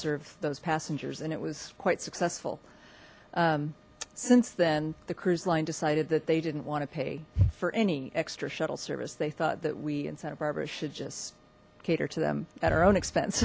serve those passengers and it was quite successful since then the cruise line decided that they didn't want to pay for any extra shuttle service they thought that we in santa barbara should just cater to them at our own